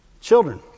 children